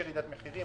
יש ירידת מחירים,